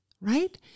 right